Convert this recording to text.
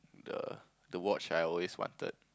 the the watch I always wanted